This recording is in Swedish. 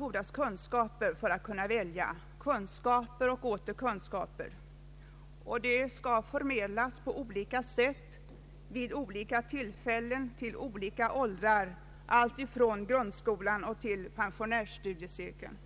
Ett fritt konsumtionsval fordrar alltså kunskaper och åter kunskaper, som förmedlas på olika sätt, vid olika tillfällen, till olika åldrar, alltifrån grundskolan till pensionärsstudiecirkeln.